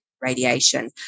radiation